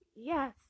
Yes